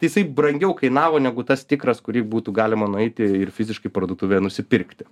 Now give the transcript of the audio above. tai jisai brangiau kainavo negu tas tikras kurį būtų galima nueiti ir fiziškai į parduotuvę nusipirkti